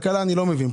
כלכלה אני לא מבין,